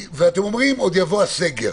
ואומרים: עוד יבוא הסגר.